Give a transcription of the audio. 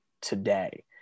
today